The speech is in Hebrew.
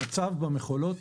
המצב במכולות,